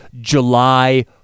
July